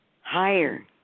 higher